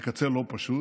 וקצה לא פשוט,